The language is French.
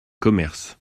commerces